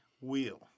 wheel